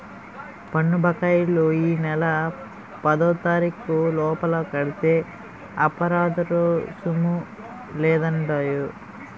పన్ను బకాయిలు ఈ నెల పదోతారీకు లోపల కడితే అపరాదరుసుము లేదండహో